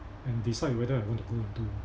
and decide whether I want to go into